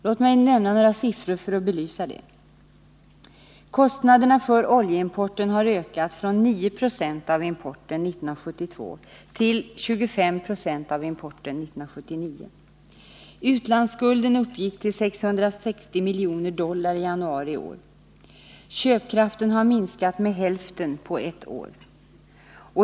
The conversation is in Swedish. Låt mig nämna några siffror för att belysa detta: Kostnaderna för oljeimporten har ökat från 9 70 av importen 1972 till 25 Zo av importen 1979. Utlandsskulden uppgick till 660 miljoner dollar i januari i år. Köpkraften har minskat med hälften på ett år.